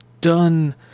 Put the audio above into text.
done